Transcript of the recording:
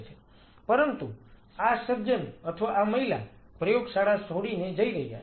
પરંતુ આ સજ્જન અથવા આ મહિલા પ્રયોગશાળા છોડીને જઈ રહ્યા છે